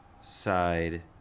side